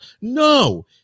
No